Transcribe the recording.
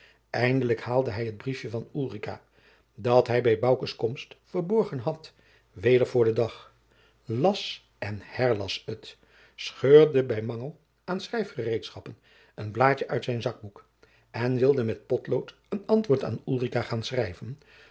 eindelijk haalde hij het briefje van ulrica dat hij bij boukes komst verborgen had weder voor den dag las en herlas het scheurde bij mangel aan schrijfgereedschappen een blaadje uit zijn zakboek en wilde met potlood een antwoord aan ulrica gaan schrijven